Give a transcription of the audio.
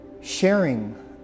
sharing